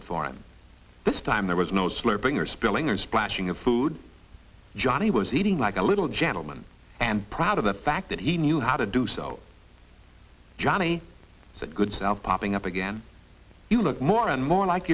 it for him this time there was no slipping or spilling or splashing of food johnny was eating like a little gentleman and proud of the fact that he knew how to do so johnny said good south popping up again you look more and more like